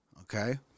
Okay